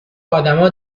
ادما